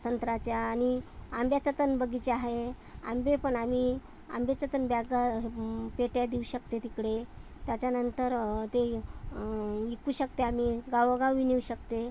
संत्र्याचा आणि आंब्याचापण बगिचा आहे आंबेपण आम्ही आंब्याच्यापण बॅगा पेट्या देऊ शकतो तिकडे त्याच्यानंतर ते विकू शकतो आम्ही गावोगावी नेऊ शकतो